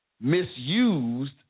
misused